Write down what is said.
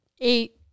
eight